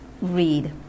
read